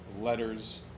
letters